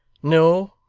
no,